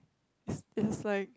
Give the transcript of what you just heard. it's it is like